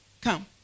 come